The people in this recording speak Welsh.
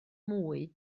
mwy